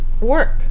work